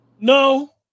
No